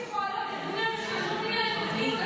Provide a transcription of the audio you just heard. כל היום מקללים נשים שפועלות, ארגוני הנשים.